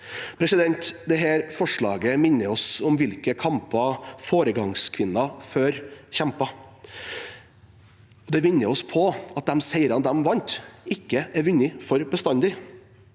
i landet. Dette forslaget minner oss på hvilke kamper tidligere foregangskvinner kjempet. Det minner oss på at de seirene de vant, ikke er vunnet for bestandig.